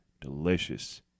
delicious